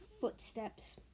Footsteps